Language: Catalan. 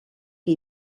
que